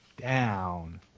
down